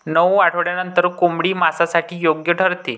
नऊ आठवड्यांनंतर कोंबडी मांसासाठी योग्य ठरते